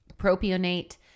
propionate